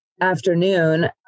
afternoon